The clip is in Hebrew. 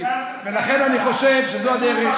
ולכן אני חושב שזאת הדרך.